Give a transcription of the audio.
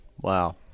Wow